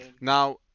Now